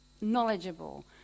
knowledgeable